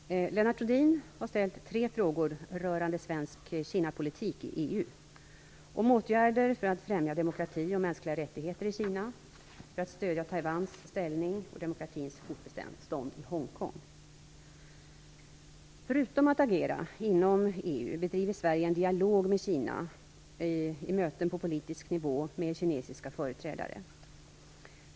Fru talman! Lennart Rohdin har ställt tre frågor rörande svensk Kinapolitik i EU: om åtgärder för att främja demokrati och mänskliga rättigheter i Kina, för att stödja Taiwans ställning och demokratins fortbestånd i Hongkong. Förutom att agera inom EU bedriver Sverige en dialog med Kina i möten på politisk nivå med kinesiska företrädare.